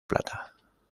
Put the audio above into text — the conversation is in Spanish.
plata